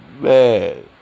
Man